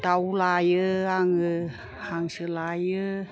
दाव लायो आङो हांसो लायो